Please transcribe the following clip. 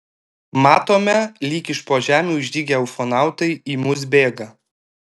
matome lyg iš po žemių išdygę ufonautai į mus bėga